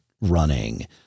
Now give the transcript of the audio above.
running